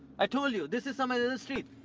i told you, this is some other street!